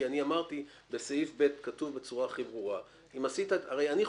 בסעיף (ב) כתוב בצורה הכי ברורה הרי אני חושש,